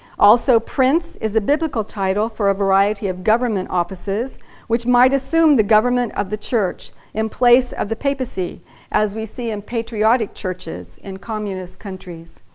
also, prince is a biblical title for a variety of government offices which might assume the government of the church in place of the papacy as we see in patriotic churches in communist countries.